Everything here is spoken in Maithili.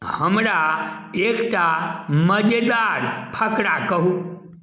हमरा एकटा मजेदार फकरा कहू